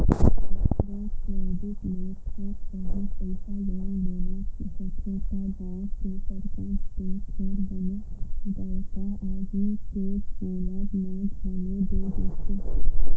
micro credit ले थोक बहुत पइसा लोन लेना होथे त गाँव के सरपंच ते फेर बने बड़का आदमी के बोलब म घलो दे देथे